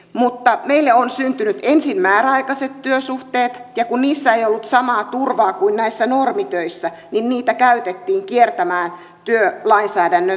mutta meille on syntynyt ensin määräaikaiset työsuhteet ja kun niissä ei ollut samaa turvaa kuin näissä normitöissä niin niitä käytettiin kiertämään työlainsäädännön velvoitteita